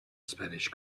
spanish